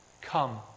come